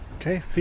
Okay